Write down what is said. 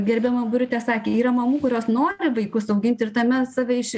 gerbiama birutė sakė yra mamų kurios nori vaikus auginti ir tame save iš